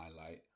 highlight